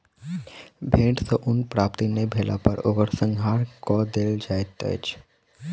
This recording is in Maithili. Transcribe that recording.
भेड़ सॅ ऊन प्राप्ति नै भेला पर ओकर संहार कअ देल जाइत अछि